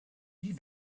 wie